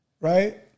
right